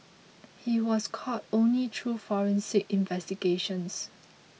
he was caught only through forensic investigations